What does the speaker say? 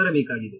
ಬರಬೇಕಾಗಿದೆ